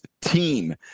team